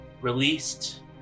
released